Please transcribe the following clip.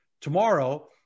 Tomorrow